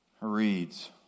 reads